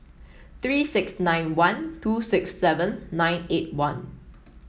three six nine one two six seven nine eight one